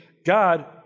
God